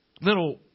little